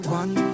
one